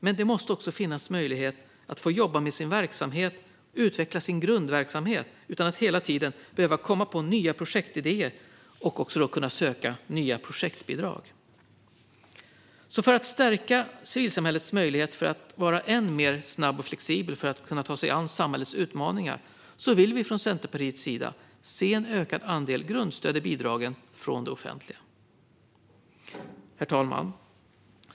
Men det måste också finnas möjlighet att få jobba med sin verksamhet och utveckla sin grundverksamhet utan att hela tiden behöva komma på nya projektidéer för att kunna söka nya projektbidrag. För att stärka civilsamhällets möjlighet att vara än mer snabb och flexibel i att ta sig an samhällets utmaningar vill vi från Centerpartiets sida se en ökad andel grundstöd i bidragen från det offentliga. Herr talman!